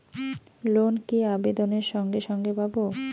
Loan কি আবেদনের সঙ্গে সঙ্গে পাব?